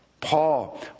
Paul